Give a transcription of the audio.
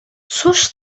cóż